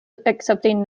accepting